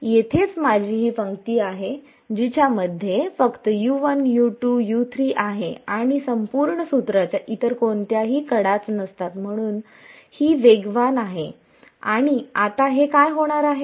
तर येथेच माझी ही पंक्ती आहे जिच्यामध्ये फक्त आहे आणि संपूर्ण सूत्राच्या इतर कोणत्याही कडाच नसतात म्हणूनच ही वेगवान आहे आणि आता हे काय होणार आहे